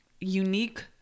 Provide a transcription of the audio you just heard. unique